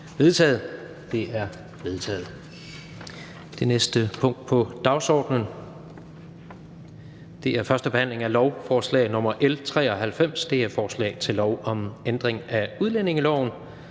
vedtaget. Det er vedtaget. --- Det næste punkt på dagsordenen er: 19) 1. behandling af lovforslag nr. L 93: Forslag til lov om ændring af udlændingeloven.